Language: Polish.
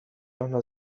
ona